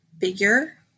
figure